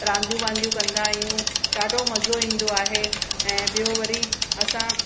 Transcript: रांदियूं वांदियूं कंदा आहियूं ॾाढो मज़ो ईंदो आहे ऐं ॿियों वरी असां